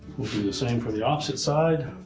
the same for the opposite side.